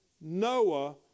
Noah